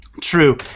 True